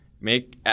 Make